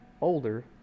older